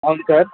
అవును సార్